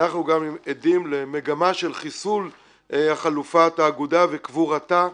אנחנו גם עדים למגמה של חיסול חלופת האגודה וקבורתה,